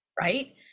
right